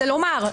זה לומר,